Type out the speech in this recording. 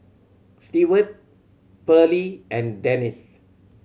Steward Pearley and Denis